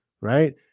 right